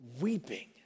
weeping